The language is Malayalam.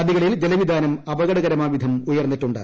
നദികളിൽ ജലവിതാനം അപകടകരമാം വിധം ഉയർന്നിട്ടുണ്ട്